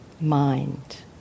mind